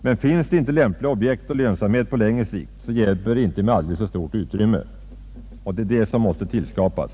Men finns det inte lämpliga objekt och lönsamhet på längre sikt hjälper inte aldrig så stort utrymme. Och det är det som måste skapas.